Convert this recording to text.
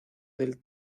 del